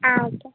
ஆ okay